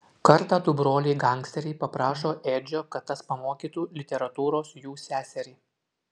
kartą du broliai gangsteriai paprašo edžio kad tas pamokytų literatūros jų seserį